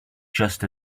just